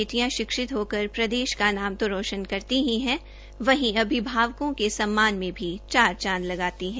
बेटियाँ शिक्षित होकर प्रदेश का नाम रोशन करती ही हैं वहीं अभिभावकों के सम्मान में चार चांद लगाती हैं